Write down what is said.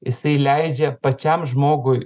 jisai leidžia pačiam žmogui